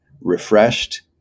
refreshed